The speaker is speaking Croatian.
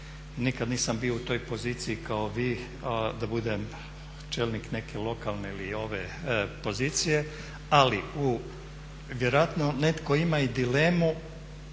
nikad nisam bio u toj poziciji kao vi da budem čelnik neke lokalne ili ove pozicije, ali vjerojatno netko ima i dilemu